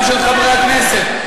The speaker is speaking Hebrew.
גם של חברי הכנסת.